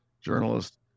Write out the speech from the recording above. journalist